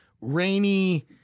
rainy